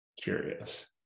Curious